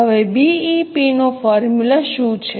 હવે બીઇપી નો ફોર્મ્યુલા શું છે